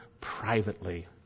privately